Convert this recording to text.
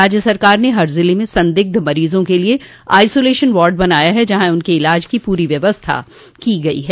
राज्य सरकार ने हर ज़िले में संदिग्ध मरीज़ों के लिए आइसोलेशन वार्ड बनाया है जहा उनके इलाज की पूरी व्यवस्था की गयी है